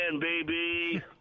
baby